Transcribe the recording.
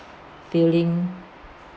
filling